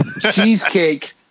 Cheesecake